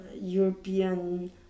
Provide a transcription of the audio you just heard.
European